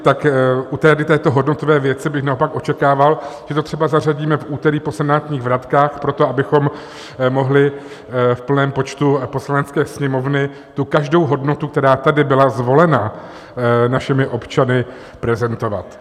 Tak u této hodnotové věci bych naopak očekával, že to třeba zařadíme v úterý po senátních vratkách proto, abychom mohli v plném počtu Poslanecké sněmovny tu každou hodnotu, která tady byla zvolena našimi občany, prezentovat.